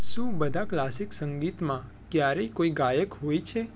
શું બધા ક્લાસિક સંગીતમાં ક્યારેય કોઈ ગાયક હોય છે